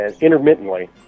intermittently